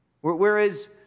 Whereas